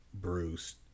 bruce